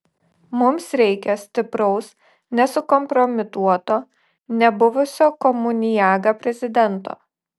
mums reikia stipraus nesukompromituoto nebuvusio komuniaga prezidento